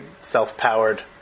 self-powered